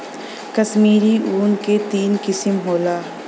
कश्मीरी ऊन के तीन किसम होला